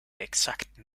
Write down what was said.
exakten